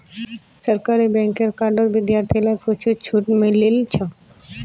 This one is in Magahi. सरकारी बैंकेर कार्डत विद्यार्थि लाक कुछु छूट मिलील छ